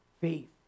faith